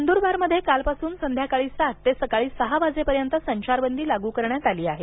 नंदुरबारमध्ये कालपासून संध्याकाळी सात ते सकाळी सहा वाजेपर्यंत संचारबंदी लागू करण्यात आली आहे